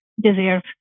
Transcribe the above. deserve